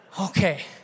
Okay